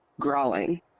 growling